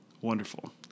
Wonderful